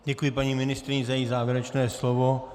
Děkuji paní ministryni za její závěrečné slovo.